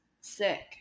sick